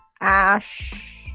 ash